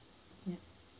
ya